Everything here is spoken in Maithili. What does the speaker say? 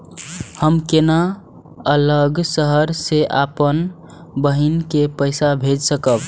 हम केना अलग शहर से अपन बहिन के पैसा भेज सकब?